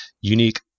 unique